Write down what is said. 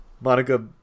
Monica